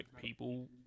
people